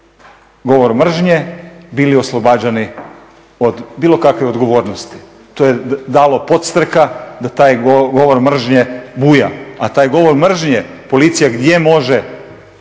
govor mržnje bili oslobađani od bilo kakve odgovornosti. To je dalo podstreka da taj govor mržnje buja, a taj govor mržnje policija gdje može